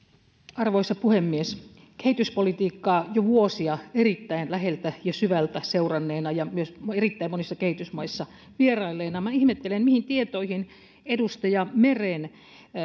arvoisa puhemies kehityspolitiikkaa jo vuosia erittäin läheltä ja syvältä seuranneena ja myös erittäin monissa kehitysmaissa vierailleena minä ihmettelen mihin tietoihin edustaja meren